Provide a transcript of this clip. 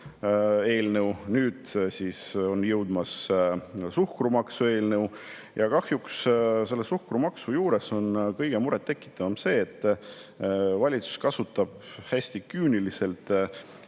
eelnõu, nüüd on siia jõudmas suhkrumaksu eelnõu. Kahjuks on selle suhkrumaksu juures kõige murettekitavam see, et valitsus kasutab hästi küüniliselt